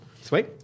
Sweet